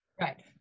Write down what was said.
Right